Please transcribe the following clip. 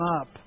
up